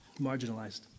marginalized